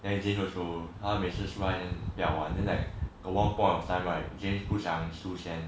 then james also 他每次说不要玩 then like at one point of time right james 不想输钱